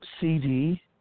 CD